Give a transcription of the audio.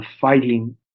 fighting